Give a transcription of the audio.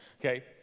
okay